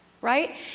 right